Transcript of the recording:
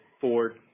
Ford